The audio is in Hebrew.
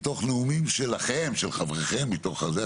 מתוך נאומים שלכם, של חבריכם, מתוך הזה.